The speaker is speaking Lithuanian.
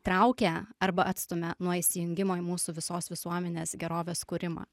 traukia arba atstumia nuo įsijungimo į mūsų visos visuomenės gerovės kūrimą